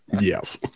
Yes